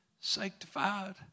Sanctified